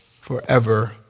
forever